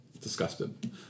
disgusted